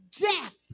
Death